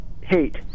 hate